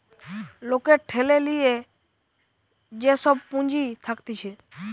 লোকের ঠেলে লিয়ে যে সব পুঁজি থাকতিছে